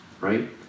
Right